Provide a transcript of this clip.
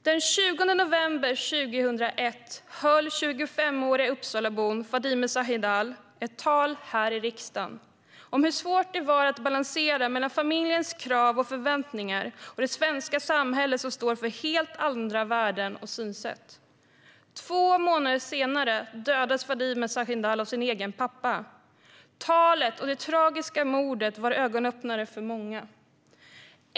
Den 20 november 2001 höll 25-åriga Uppsalabon Fadime Sahindal ett tal här i riksdagen om hur svårt det var att balansera mellan familjens krav och förväntningar och det svenska samhället, som står för helt andra värden och synsätt. Två månader senare dödades hon av sin egen pappa. Talet och det tragiska mordet var ögonöppnare för många.